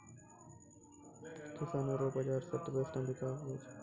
किसानो रो बाजार से अर्थव्यबस्था मे बिकास हुवै छै